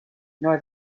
nor